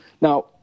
Now